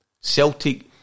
Celtic